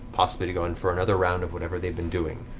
possibly to go in for another round of whatever they'd been doing.